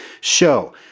show